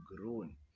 grown